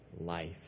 life